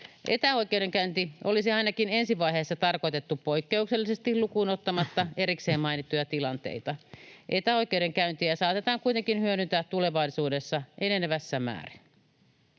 Etäoikeudenkäynti olisi ainakin ensi vaiheessa tarkoitettu poikkeukselliseksi lukuun ottamatta erikseen mainittuja tilanteita. Etäoikeudenkäyntiä saatetaan kuitenkin hyödyntää tulevaisuudessa enenevässä määrin.